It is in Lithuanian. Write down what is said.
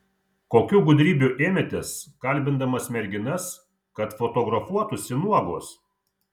kokių gudrybių ėmėtės kalbindamas merginas kad fotografuotųsi nuogos